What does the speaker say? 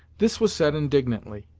this was said indignantly,